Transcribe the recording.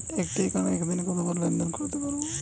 একটি একাউন্টে একদিনে কতবার লেনদেন করতে পারব?